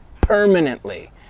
permanently